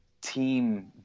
team